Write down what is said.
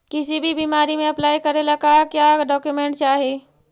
किसी भी बीमा में अप्लाई करे ला का क्या डॉक्यूमेंट चाही?